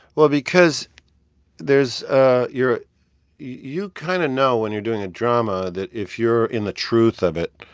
well, because there's ah you're you kind of know when you're doing a drama that if you're in the truth of it,